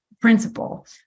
principle